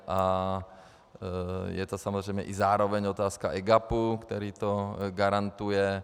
A je to samozřejmě zároveň i otázka EGAPu, který to garantuje.